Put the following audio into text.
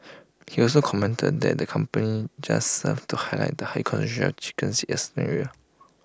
he also commented that the complain just served to highlight the high concentration of chickens in A certain area